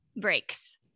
breaks